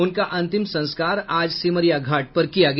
उनका अंतिम संस्कार आज सिमरिया घाट पर किया गया